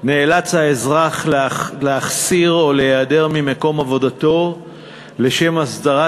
נאלץ האזרח להחסיר או להיעדר ממקום עבודתו לשם הסדרת